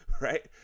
right